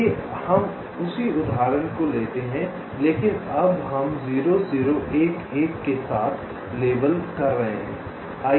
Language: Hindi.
आइए हम उसी उदाहरण को लेते हैं लेकिन अब हम 0 0 1 1 के साथ लेबल कर रहे हैं